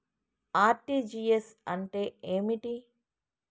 RTGS అంటే ఏమిటి?